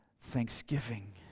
thanksgiving